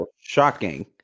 Shocking